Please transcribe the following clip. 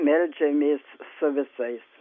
meldžiamės su visais